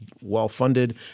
well-funded